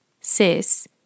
Sis